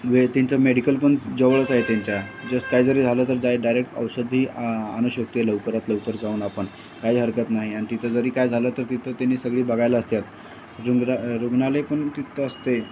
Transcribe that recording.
वे त्यांचं मेडिकल पण जवळच आहे त्यांच्या जसं काय जरी झालं तर जाय डायरेक्ट औषधही आ आणू शकतो आहे लवकरात लवकर जाऊन आपण काय हरकत नाही आणि तिथं जरी काय झालं तर तिथं त्यांनी सगळी बघायला असतात रुंगरा रुग्णालय पण तिथं असतंय